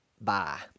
Bye